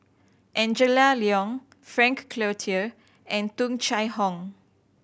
Angela Liong Frank Cloutier and Tung Chye Hong